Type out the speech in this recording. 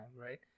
right